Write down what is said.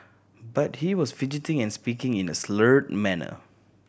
but he was fidgeting and speaking in a slurred manner